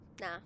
nah